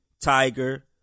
Tiger